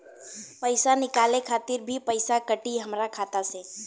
पईसा निकाले खातिर भी पईसा कटी हमरा खाता से?